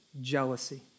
jealousy